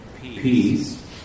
peace